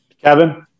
Kevin